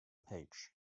page